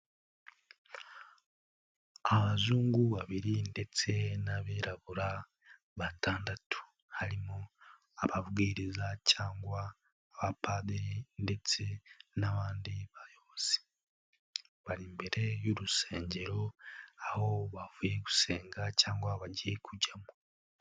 Abazungu babiri ndetse n'abirabura batandatu, harimo ababwiriza cyangwa abapadiri ndetse n'abandi bayobozi, bari imbere y'urusengero aho bavuye gusenga cyangwa bagiye kujyamo.